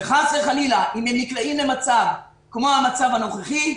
כדי שאם חס וחלילה הם נקלעים למצב כמו המצב הנוכחי,